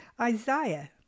Isaiah